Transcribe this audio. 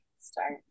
start